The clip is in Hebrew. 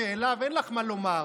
שעליו אין לך מה לומר,